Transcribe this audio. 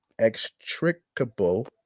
extricable